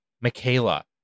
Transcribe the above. Michaela